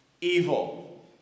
evil